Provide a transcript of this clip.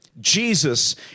Jesus